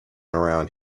around